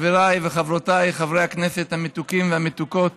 חבריי וחברותיי חברי הכנסת המתוקים והמתוקות